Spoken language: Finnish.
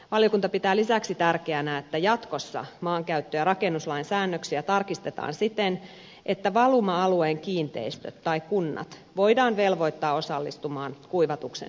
valiokunta pitää lisäksi tärkeänä että jatkossa maankäyttö ja rakennuslain säännöksiä tarkistetaan siten että valuma alueen kiinteistöt tai kunnat voidaan velvoittaa osallistumaan kuivatuksen lisäkustannuksiin